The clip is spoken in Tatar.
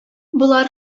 болар